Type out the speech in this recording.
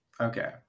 Okay